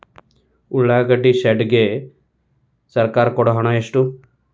ಉಳ್ಳಾಗಡ್ಡಿ ಶೆಡ್ ಗೆ ಸರ್ಕಾರ ಕೊಡು ಹಣ ಎಷ್ಟು?